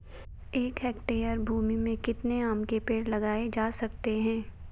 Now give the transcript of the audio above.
एक हेक्टेयर भूमि में कितने आम के पेड़ लगाए जा सकते हैं?